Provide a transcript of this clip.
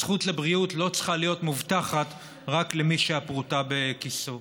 הזכות לבריאות לא צריכה להיות מובטחת רק למי שהפרוטה בכיסו.